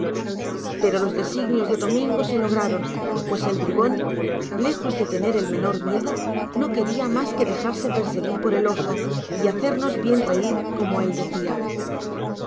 pero los designios de domingo se lograron pues el bribou lejos de tener el menor miedo no queria mas que dejarse perseguir por el oso y hacernos bien reir como él decia